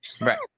Right